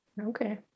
Okay